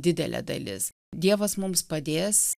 didelė dalis dievas mums padės